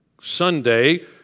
Sunday